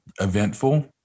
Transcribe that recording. eventful